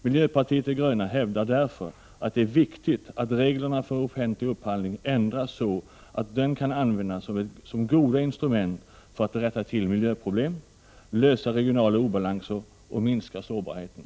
Miljöpartiet de gröna hävdar därför att det är viktigt att reglerna för offentlig upphandling ändras så att den offentliga upphandlingen kan användas som ett gott instrument för att lösa miljöproblemen, rätta till de regionala obalanserna och minska sårbarheten.